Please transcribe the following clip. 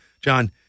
John